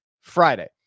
Friday